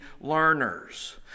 learners